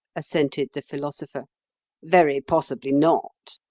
assented the philosopher very possibly not.